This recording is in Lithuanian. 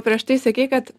prieš tai sakei kad